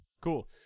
cool